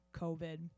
COVID